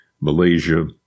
Malaysia